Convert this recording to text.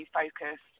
focus